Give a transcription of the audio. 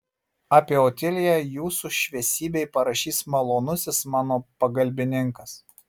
apie otiliją jūsų šviesybei parašys malonusis mano pagalbininkas